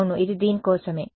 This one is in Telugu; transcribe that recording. అవును ఇది దీని కోసమే